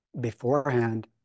beforehand